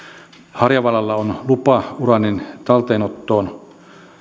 harjavallalla on lupa uraanin talteenottoon